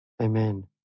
Amen